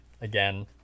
again